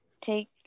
take